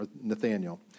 Nathaniel